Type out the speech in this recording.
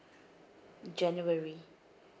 january